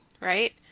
right